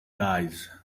guys